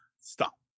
Stop